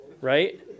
Right